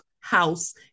house